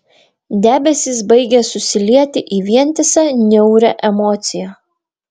debesys baigė susilieti į vientisą niaurią emociją